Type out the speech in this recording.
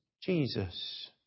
Jesus